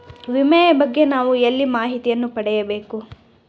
ವಿಮೆಯ ಬಗ್ಗೆ ನಾವು ಎಲ್ಲಿ ಮಾಹಿತಿಯನ್ನು ಪಡೆಯಬೇಕು?